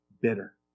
bitter